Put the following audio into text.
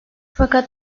fakat